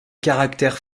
caractère